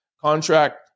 contract